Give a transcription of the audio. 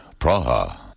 Praha